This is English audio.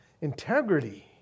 integrity